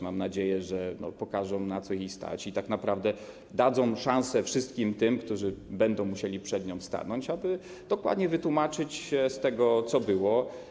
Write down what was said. Mam nadzieję, że pokaże, na co ją stać, i tak naprawdę da szansę wszystkim tym, którzy będą musieli przed nią stanąć, aby dokładnie wytłumaczyć się z tego, co było.